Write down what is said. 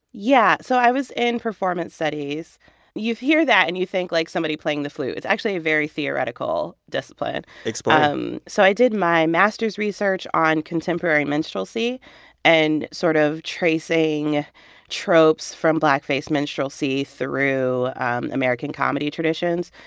yeah, so i was in performance studies. and you hear that, and you think, like, somebody playing the flute. it's actually a very theoretical discipline explain um so i did my master's research on contemporary minstrelsy and sort of tracing tropes from blackface minstrelsy through american comedy traditions.